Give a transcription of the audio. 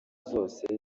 zose